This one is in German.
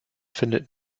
findet